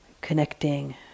connecting